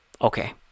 Okay